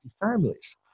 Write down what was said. families